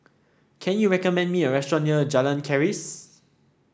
can you recommend me a restaurant near Jalan Keris